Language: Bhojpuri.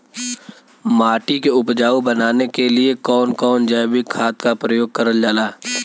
माटी के उपजाऊ बनाने के लिए कौन कौन जैविक खाद का प्रयोग करल जाला?